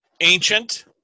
Ancient